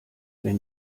wenn